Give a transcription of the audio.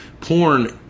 porn